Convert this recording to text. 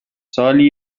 سالی